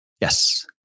Yes